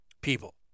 People